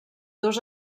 dos